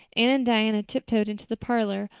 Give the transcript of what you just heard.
anne and diana tiptoed into the parlor,